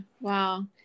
Wow